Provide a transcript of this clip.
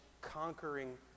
conquering